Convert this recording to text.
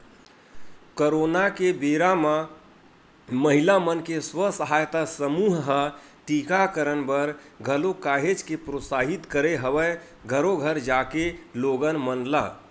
corona के बेरा म महिला मन के स्व सहायता समूह ह टीकाकरन बर घलोक काहेच के प्रोत्साहित करे हवय घरो घर जाके लोगन मन ल